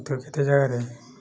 ଏଠାରେ କେତେ ଯାଗାରେ